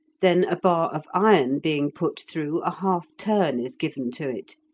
then a bar of iron being put through, a half turn is given to it,